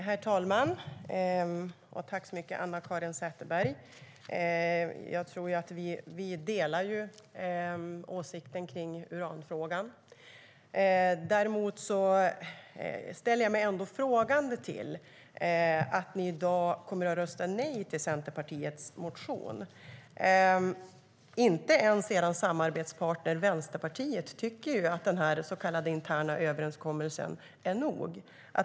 Herr talman! Vi delar åsikt i uranfrågan. Däremot ställer jag mig ändå frågande till att ni i dag kommer att rösta nej till Centerpartiets motion. Inte ens er samarbetspartner Vänsterpartiet tycker att den så kallade interna överenskommelsen är nog.